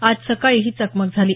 आज सकाळी ही चकमक झाली